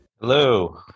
Hello